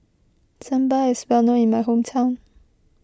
Sambar is well known in my hometown